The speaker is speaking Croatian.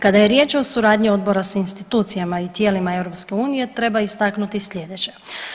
Kada je riječ o suradnji odbora sa institucijama i tijelima EU treba istaknuti slijedeće.